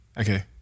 Okay